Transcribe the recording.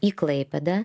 į klaipėdą